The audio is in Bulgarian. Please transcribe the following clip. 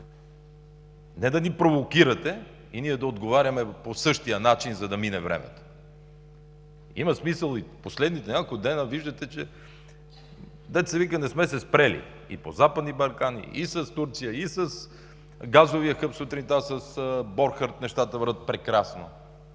не да ни провокирате и ние да отговаряме по същия начин, за да мине времето. Има смисъл, и в последните няколко дни виждате, не сме се спрели – и по Западни Балкани, и с Турция, и с газовия хъб, сутринта с Борхард нещата вървят прекрасно,